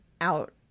out